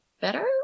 better